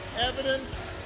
evidence